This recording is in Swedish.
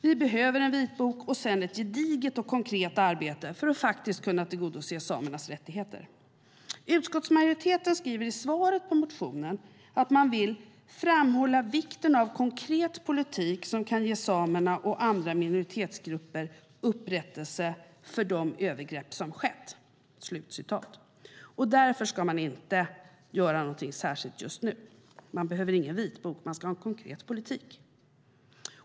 Vi behöver en vitbok och ett gediget och konkret arbete för att kunna tillgodose samernas rättigheter. Utskottsmajoriteten skriver i svaret på motionen att man vill framhålla vikten av konkret politik som kan ge samerna och andra minoritetsgrupper upprättelse för de övergrepp som skett. Därför ska man inte göra något särskilt just nu. Man behöver ingen vitbok; man ska ha en konkret politik.